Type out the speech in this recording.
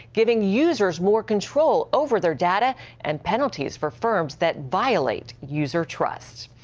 giving users more control over their data and penalties for firms that violate user trust.